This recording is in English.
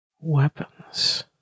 weapons